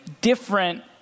different